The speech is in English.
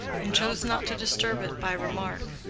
and chose not to disturb it by remark.